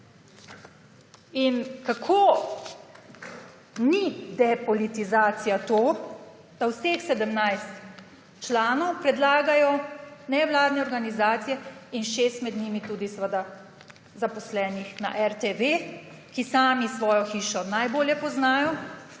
Kako ni depolitizacija to, da vseh 17 članov predlagajo nevladne organizacije in 6 med njimi tudi zaposleni na RTV, ki sami svojo hišo najbolje poznajo.